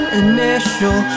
initial